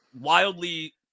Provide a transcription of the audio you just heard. wildly